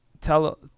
tell